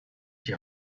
die